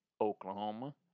Oklahoma